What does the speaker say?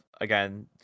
again